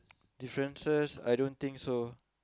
differences I don't think so